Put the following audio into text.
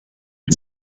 and